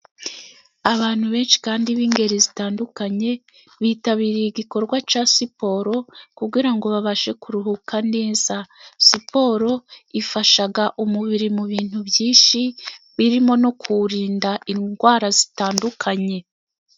Abantu benshi kandi b'ingeri zitandukanye bitabiriye igikorwa cya siporo kugira ngo babashe kuruhuka neza, siporo ifasha umubiri mu bintu byinshi birimo no kuwurinda indwara zitandukanye.